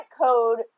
code